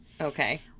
Okay